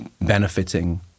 benefiting